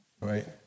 right